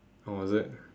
oh is it